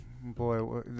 Boy